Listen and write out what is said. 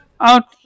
out